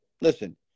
listen